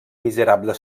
miserable